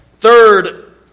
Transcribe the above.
Third